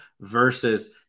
versus